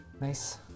nice